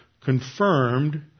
confirmed